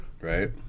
Right